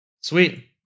Sweet